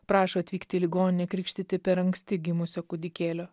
prašo atvykti į ligoninę krikštyti per anksti gimusio kūdikėlio